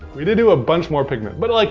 we did do a bunch more pigment but, like